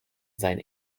sein